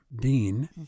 Dean